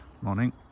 Morning